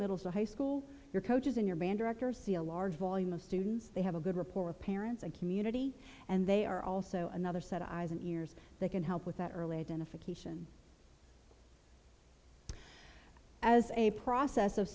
middle school high school your coaches and your band director see a large volume of students they have a good report with parents and community and they are also another set of eyes and ears that can help with that early identification as a process of